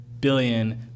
billion